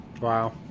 Wow